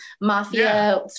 Mafia